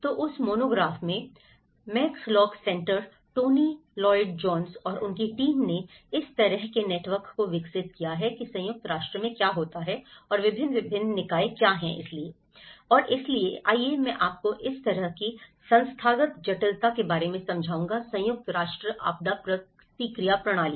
तो उस मोनोग्राफ में Max Lock Centre Tony Lloyd Jones और उनकी टीम ने इस तरह के नेटवर्क को विकसित किया है कि संयुक्त राष्ट्र में क्या होता है और विभिन्न विभिन्न निकाय क्या हैं और इसलिए आइए मैं आपको इस तरह की संस्थागत जटिलता के बारे में समझाऊंगा संयुक्त राष्ट्र आपदा प्रतिक्रिया प्रणाली